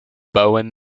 bowen